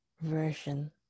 version